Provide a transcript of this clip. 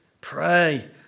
Pray